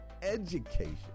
education